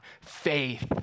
Faith